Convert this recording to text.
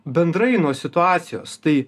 bendrai nuo situacijos tai